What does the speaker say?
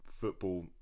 football